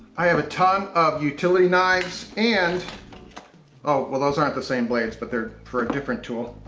i have a ton of utility knives and oh, well those aren't the same blades. but they're for a different tool.